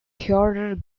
theodore